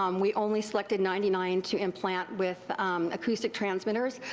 um we only selected ninety nine to implant with acoustic transmitters.